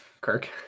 Kirk